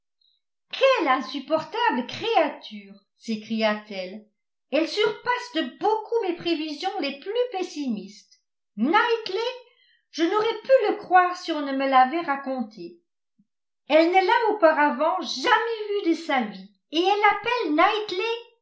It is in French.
quelle insupportable créature s'écria-t-elle elle surpasse de beaucoup mes prévisions les plus pessimistes knightley je n'aurais pu le croire si on ne me l'avait raconté elle ne l'a auparavant jamais vu de sa vie et elle l'appelle